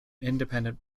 independent